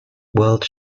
world